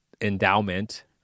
endowment